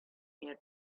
near